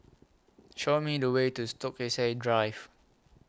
Show Me The Way to Stokesay Drive